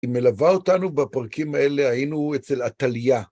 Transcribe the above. היא מלווה אותנו בפרקים האלה, היינו אצל עתליה.